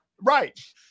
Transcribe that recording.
Right